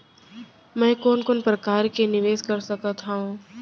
मैं कोन कोन प्रकार ले निवेश कर सकत हओं?